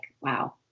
wow